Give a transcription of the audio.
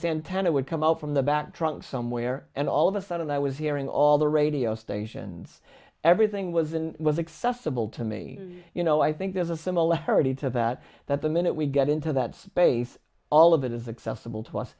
fan tan it would come out from the back trunk somewhere and all of a sudden i was hearing all the radio stations everything was in was accessible to me you know i think there's a similarity to that that the minute we get into that space all of it is accessible to us